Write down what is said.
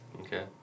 Okay